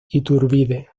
iturbide